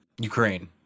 Ukraine